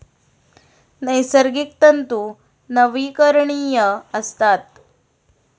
नैसर्गिक तंतू नवीकरणीय असतात